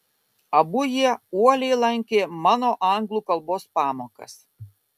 abu jie uoliai lankė mano anglų kalbos pamokas